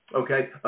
okay